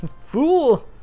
Fool